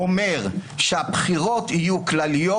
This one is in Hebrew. אומר שהבחירות יהיו כלליות,